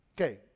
Okay